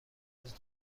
قرمز